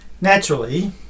Naturally